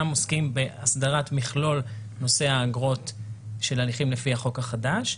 עוסקים בהסדרת מכלול נושא האגרות של הנכים לפי החוק החדש.